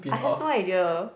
I have no idea